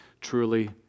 truly